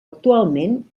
actualment